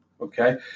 Okay